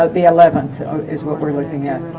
ah the eleventh is what we're looking at